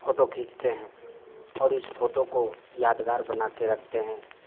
photo खीचते हैं और इस फ़ोटो को यादगार बनाकर रखते हैं